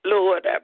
Lord